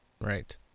Right